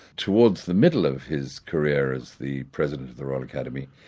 towards the middle of his career as the president of the royal academy,